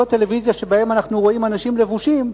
טלוויזיה שבהן אנחנו רואים אנשים לבושים,